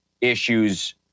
issues